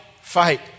Fight